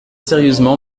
sérieusement